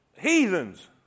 heathens